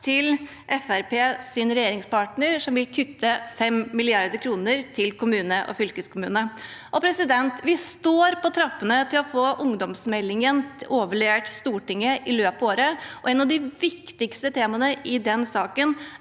regjeringspartner, som vil kutte 5 mrd. kr til kommune og fylkeskommune. Vi står på trappene til å få ungdomsmeldingen overlevert Stortinget i løpet av året. Et av de viktigste temaene i den saken